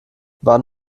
wann